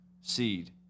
seed